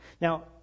Now